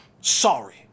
Sorry